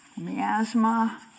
miasma